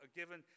given